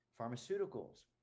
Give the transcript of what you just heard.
pharmaceuticals